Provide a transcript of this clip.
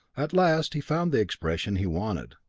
at last he found the expression he wanted,